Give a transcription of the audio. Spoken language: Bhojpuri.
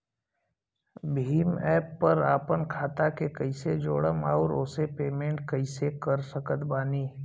भीम एप पर आपन खाता के कईसे जोड़म आउर ओसे पेमेंट कईसे कर सकत बानी?